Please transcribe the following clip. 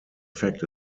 effect